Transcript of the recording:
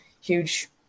huge